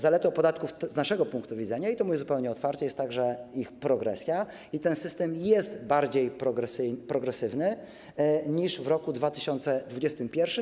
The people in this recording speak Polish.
Zaletą podatków z naszego punktu widzenia - i to mówię zupełnie otwarcie - jest także ich progresja i ten system jest bardziej progresywny niż w roku 2021.